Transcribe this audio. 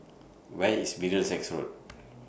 Where IS Middlesex Road